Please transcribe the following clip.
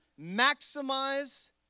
maximize